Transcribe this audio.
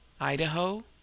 Idaho